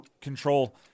control